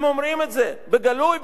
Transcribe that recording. הם אומרים את זה, בגלוי.